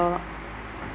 the